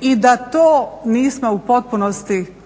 i da to nismo u potpunosti ispunili,